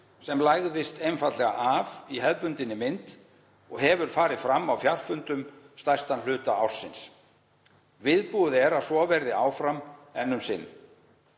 sem lagðist einfaldlega af í hefðbundinni mynd og hefur farið fram á fjarfundum stærstan hluta ársins. Viðbúið er að svo verði áfram enn um sinn.